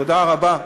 תודה רבה.